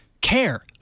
Care